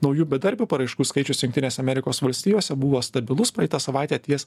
naujų bedarbių paraiškų skaičius jungtinėse amerikos valstijose buvo stabilus praeitą savaitę ties